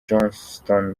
johnston